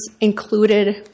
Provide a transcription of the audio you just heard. included